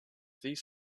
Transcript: these